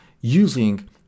using